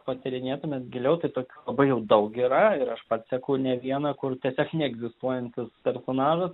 patyrinėtumėt giliau tai tokių jau labai jau daug yra ir aš pats seku ne vieną kur tiesiog neegzistuojantis personažas